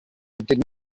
did